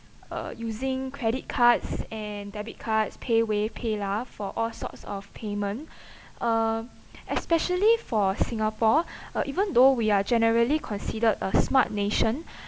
uh using credit cards and debit cards paywave paylah for all sorts of payment uh especially for singapore uh even though we are generally considered a smart nation